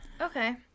Okay